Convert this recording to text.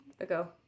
ago